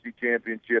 Championship